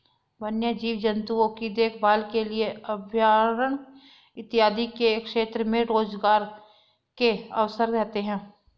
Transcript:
वन्य जीव जंतुओं की देखभाल के लिए अभयारण्य इत्यादि के क्षेत्र में रोजगार के अवसर रहते हैं